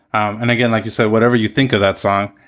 and again, like you said, whatever you think of that song,